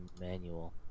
manual